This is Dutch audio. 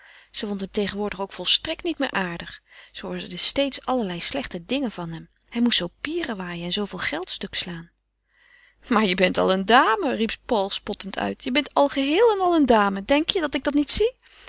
ze vond hem tegenwoordig ook volstrekt niet meer aardig zij hoorde steeds allerlei slechte dingen van hem hij moest zoo pierewaaien en zooveel geld stukslaan maar je bent al een dame riep paul spottend uit je bent al geheel en al een dame denk je dat ik dat niet zie